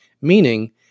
meaning